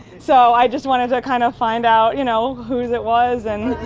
so i just wanted to kind of find out, you know whose it was and